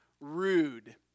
rude